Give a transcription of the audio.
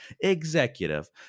executive